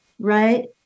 Right